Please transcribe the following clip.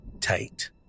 tight